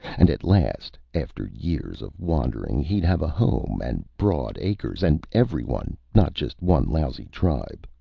and at last, after years of wandering, he'd have a home and broad acres and everyone, not just one lousy tribe,